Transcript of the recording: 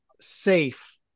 safe